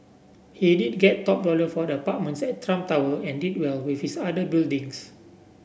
he did get top dollar for the apartments at Trump Tower and did well with his other buildings